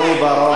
ולמצפון?